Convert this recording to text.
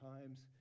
times